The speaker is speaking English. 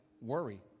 worry